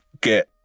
get